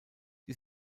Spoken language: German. die